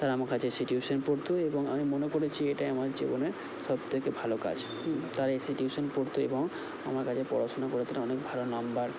তারা আমার কাছে এসে টিউশান পড়তো এবং আমি মনে করেছি এটাই আমার জীবনের সব থেকে ভালো কাজ হুম তারা এসে টিউশান পড়তো এবং আমার কাছে পড়াশোনা করে তারা অনেক ভালো নম্বর